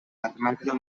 mathematical